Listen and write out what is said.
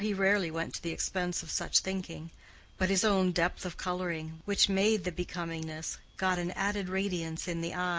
for he rarely went to the expense of such thinking but his own depth of coloring, which made the becomingness, got an added radiance in the eyes,